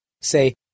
Say